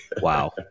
Wow